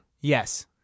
Yes